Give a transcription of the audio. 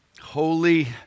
Holy